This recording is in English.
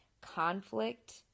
conflict